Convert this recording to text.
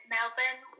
Melbourne